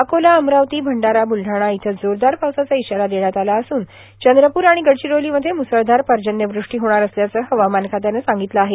अकोला अमरावती भंडारा बुलढाणा इथं जोरदार पावसाचा इशारा देण्यात आला असून चंद्रपूर आणि गडचिरोलीमध्ये मुसळ्धार पर्जन्यवृष्टी होणार असल्याचं हवामान खात्यानं सांगितलं आहे